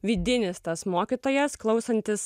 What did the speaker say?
vidinis tas mokytojas klausantis